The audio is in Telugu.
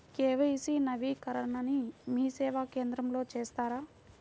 కే.వై.సి నవీకరణని మీసేవా కేంద్రం లో చేస్తారా?